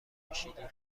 کشیدین